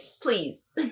please